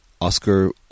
Oscar